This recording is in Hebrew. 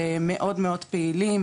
מאוד מאוד פעילים